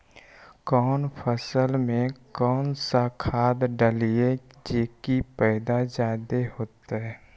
कौन फसल मे कौन सा खाध डलियय जे की पैदा जादे होतय?